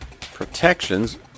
protections